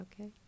Okay